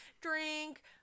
drink